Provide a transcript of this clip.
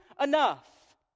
enough